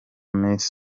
miss